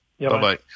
Bye-bye